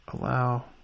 allow